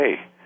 hey